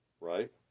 right